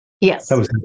Yes